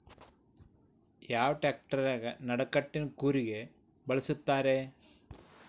ಯಾವ ಟ್ರ್ಯಾಕ್ಟರಗೆ ನಡಕಟ್ಟಿನ ಕೂರಿಗೆ ಬಳಸುತ್ತಾರೆ?